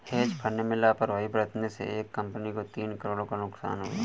hedge fund में लापरवाही बरतने से एक कंपनी को तीन करोड़ का नुकसान हुआ